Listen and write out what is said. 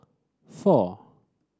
four